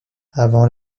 avant